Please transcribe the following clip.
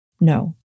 No